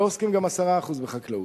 לא עוסקים גם 10% בחקלאות.